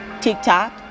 TikTok